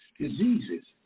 Diseases